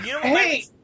Hey